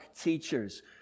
teachers